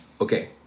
Okay